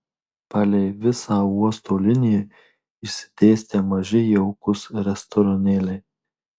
palei visą uosto liniją išsidėstę maži jaukūs restoranėliai